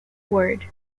word